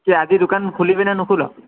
কি আজি দোকান খুলিবিনে নোখোল